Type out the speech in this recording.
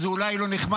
אז אולי זה לא נחמד,